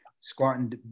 squatting